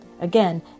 Again